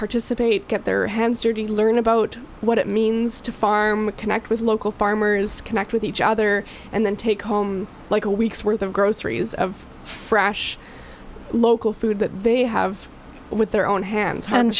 participate get their hands dirty learn about what it means to farm connect with local farmers connect with each other and then take home like a week's worth of groceries of fresh local food that they have with their own hands and